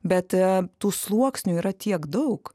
bet tų sluoksnių yra tiek daug